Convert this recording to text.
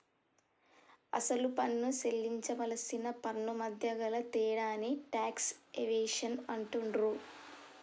అసలు పన్ను సేల్లించవలసిన పన్నుమధ్య గల తేడాని టాక్స్ ఎవేషన్ అంటుండ్రు